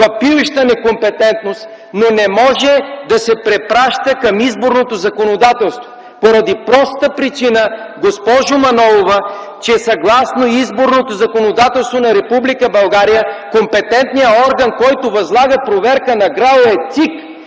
въпиюща некомпетентност, но не може да се препраща към изборното законодателство, поради простата причина, госпожо Манолова, че съгласно изборното законодателство на Република България компетентният орган, който възлага проверка на ГРАО е ЦИК,